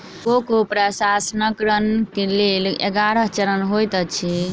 cocoa प्रसंस्करणक लेल ग्यारह चरण होइत अछि